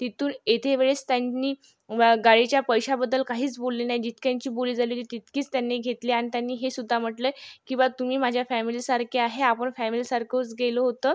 तिथून येते वेळेस त्यांनी गाडीच्या पैशाबद्दल काहीच बोलले नाहीत जितकी आमची बोली झालेली तितकीच त्यांनी घेतली आणि त्यांनी हे सुद्धा म्हटले की बा तुम्ही माझ्या फॅमिलीसारखे आहे आपण फॅमिलीसारखेच गेलं होतं